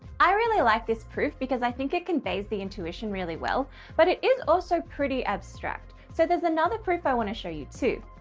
i really like this proof because i think it conveys the intuition really well but it is also pretty abstract, so there's another proof i want to show you too,